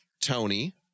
Tony